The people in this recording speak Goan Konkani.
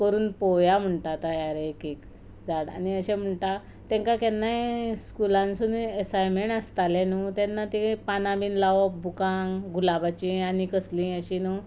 करून पळोवया म्हणटा तयार एक एक झाड आनी अशें म्हणटा तांकां केन्नाय स्कुलांनसून एसाइन्मेंट आसताले न्हू तेन्ना ते पानां बीन लावप बुकांक गुलाबाचीं आनी कसलीं अशीं न्हूं